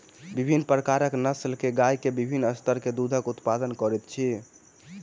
विभिन्न प्रकारक नस्ल के गाय के विभिन्न स्तर के दूधक उत्पादन करैत अछि